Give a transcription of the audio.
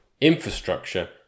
infrastructure